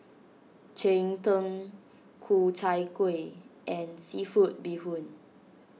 Cheng Tng Ku Chai Kuih and Seafood Bee Hoon